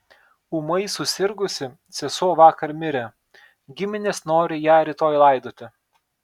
ūmai susirgusi sesuo vakar mirė giminės nori ją rytoj laidoti